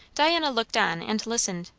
diana looked on and listened,